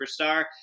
superstar